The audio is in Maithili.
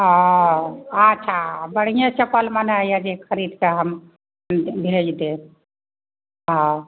हाँ आठ आ बढ़िएँ चप्पल मन हइये जे खरीद कऽ हम भेज देब हाँ